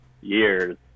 years